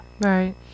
Right